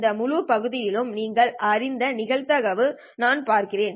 இந்த முழு பகுதியிலும் நீங்கள் அறிந்த நிகழ்தகவு நான் பார்க்கிறேன்